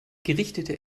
gerichtete